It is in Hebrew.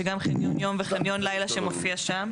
שגם חניון יום וחניון לילה שמופיע שם.